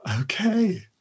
Okay